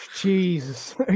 Jesus